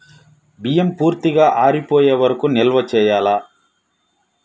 బియ్యం పూర్తిగా ఆరిపోయే వరకు నిల్వ చేయాలా?